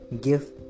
give